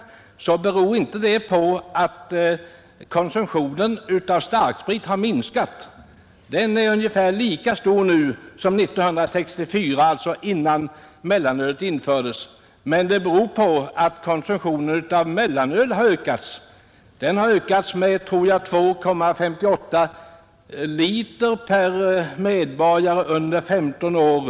Men det beror ju inte på att konsumtionen av starksprit har minskat — den är ungefär lika stor nu som 1964, alltså innan mellanölet infördes — utan det beror på att konsumtionen av mellanöl har ökat. Mellanölskonsumtionen har ökat med, om jag minns rätt, 2,58 liter per år och medborgare över 15 år.